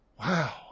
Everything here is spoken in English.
Wow